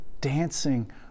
dancing